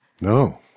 No